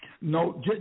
No